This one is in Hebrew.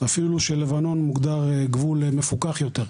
אפילו שלבנון מוגדר גבול מפוקח יותר.